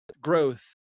growth